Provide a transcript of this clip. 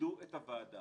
וכיבדו את הוועדה.